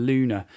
Luna